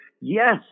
Yes